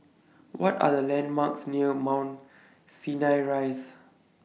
What Are The landmarks near Mount Sinai Rise